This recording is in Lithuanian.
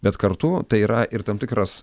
bet kartu tai yra ir tam tikras